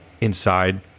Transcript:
inside